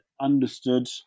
understood